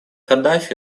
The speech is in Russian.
каддафи